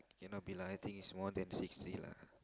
cannot be lah I think is more than six day lah